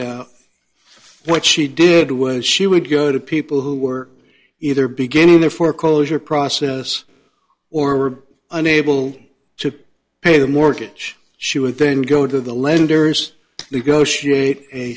then what she did was she would go to people who were either beginning their foreclosure process or were unable to pay the mortgage she would then go to the lenders negotiate a